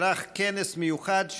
10764,